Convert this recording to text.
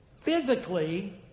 Physically